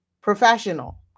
professional